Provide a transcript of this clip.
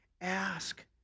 ask